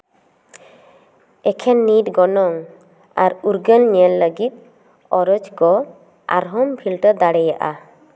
ᱮᱠᱷᱮᱱ ᱱᱤᱴ ᱜᱚᱱᱚᱝ ᱟᱨ ᱩᱨᱜᱟᱹᱱ ᱧᱮᱞ ᱞᱟᱹᱜᱤᱫ ᱚᱨᱚᱡᱽ ᱠᱚ ᱟᱨᱦᱚᱸᱧ ᱯᱷᱤᱞᱴᱟᱨ ᱫᱟᱲᱭᱟᱜᱼᱟ